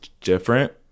different